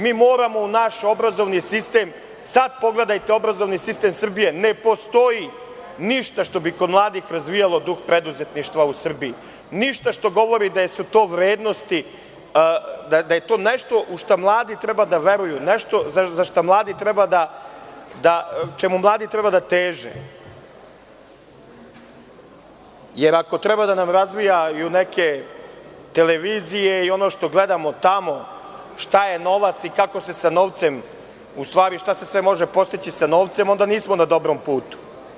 Mi moramo u naš obrazovni sistem, sada pogledajte obrazovni sistem Srbije, ne postoji ništa što bi kod mladih razvijalo duh preduzetništva u Srbiji, ništa što govori da su to vrednosti, da je to nešto u šta mladi treba da veruju, nešto čemu mladi treba da teže, jer ako trebaju da nam razvijaju neke televizije i ono što gledamo tamo, šta je novac i kako se, odnosno šta se sve novcem može postići, onda nismo na dobrom putu.